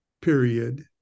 period